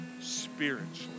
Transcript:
spiritually